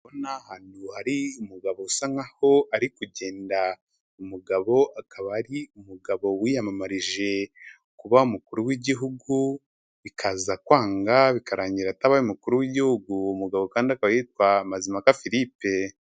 Ndi kubona ahantu hari umugabo usa nkaho ari kugenda, umugabo akaba ari umugabo wiyamamarije kuba umukuru w'igihugu, bikaza kwanga bikarangira atabaye umukuru w'igihugu, umugabo kandi akaba yitwa Mazimpaka Philippe.